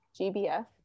GBF